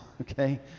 okay